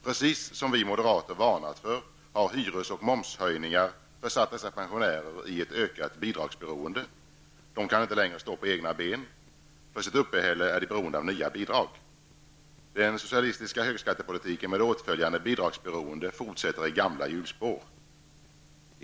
Precis som vi moderater varnat för har hyres och momshöjningar försatt dessa pensionärer i ett ökat bidragsberoende. De kan inte längre stå på egna ben. För sitt uppehälle är de beroende av nya bidrag. Den socialistiska högskattepolitiken med åtföljande bidragsberoende fortsätter i gamla hjulspår.